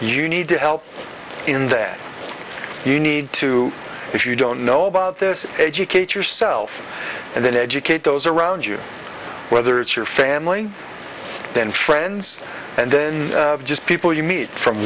you need to help in that you need to if you don't know about this educate yourself and then educate those around you whether it's your family and friends and then just people you meet from